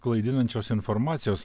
klaidinančios informacijos